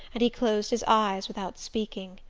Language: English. and he closed his eyes without speaking.